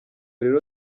rero